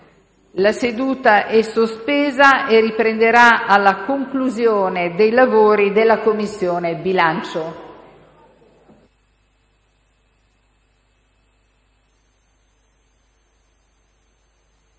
La seduta è sospesa e riprenderà alla conclusione dei lavori della Commissione bilancio.